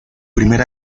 primer